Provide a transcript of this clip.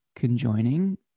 conjoining